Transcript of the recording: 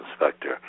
inspector